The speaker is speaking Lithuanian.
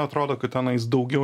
atrodo kad tenais daugiau